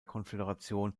konföderation